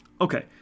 Okay